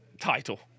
title